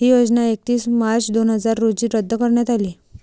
ही योजना एकतीस मार्च दोन हजार रोजी रद्द करण्यात आली